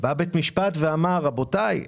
בא בית המשפט ואמר: רבותיי,